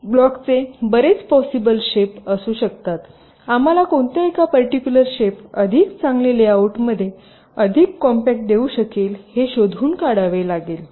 तरब्लॉकचे बरेच possible shape असू शकतातआम्हाला कोणत्या एका पर्टिक्युलर शेप अधिक चांगले लेआउटमध्ये अधिक कॉम्पॅक्ट देऊ शकेल हे शोधून काढावे लागेल